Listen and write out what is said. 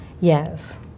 Yes